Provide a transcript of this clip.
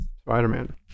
Spider-Man